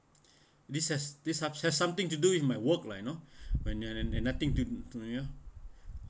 this has this sub~ has something to do with my work lah you know when you and and and nothing to you know